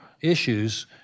issues